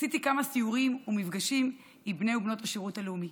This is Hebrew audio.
עשיתי כמה סיורים ומפגשים עם בני ובנות השירות הלאומי.